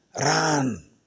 Run